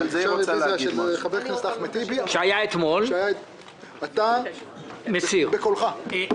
היא הייתה פה אתמול וביקשת לדחות אותה לדיון שיתקיים היום.